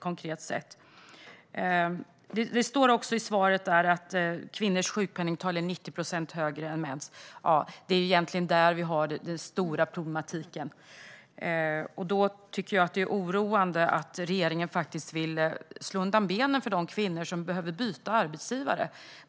Det står också i svaret att kvinnors sjukpenningtal är 90 procent högre än mäns, och det är egentligen där vi har den stora problematiken. Därför tycker jag att det är oroande att regeringen vill slå undan benen för de kvinnor som behöver byta arbetsgivare.